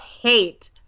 hate